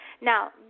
Now